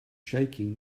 shaking